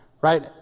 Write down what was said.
right